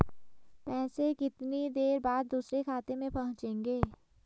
पैसे कितनी देर बाद दूसरे खाते में पहुंचेंगे?